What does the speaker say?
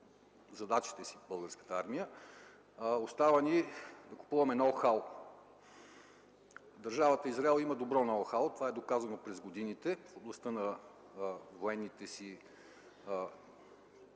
задачите си. Остава ни да купуваме ноу-хау. Държавата Израел има добро ноу-хау. Това е доказала през годините в областта на военното си